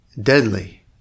deadly